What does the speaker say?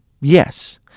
yes